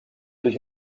durch